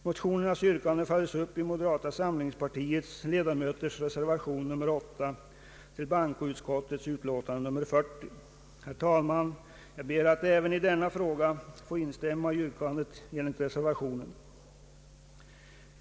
Motionernas yrkanden följs upp i moderata samlingspartiets ledamöters reservation 8 till bankoutskottets utlåtande nr 40. Herr talman! Jag ber att även i denna fråga få instämma i yrkandet enligt reservationen.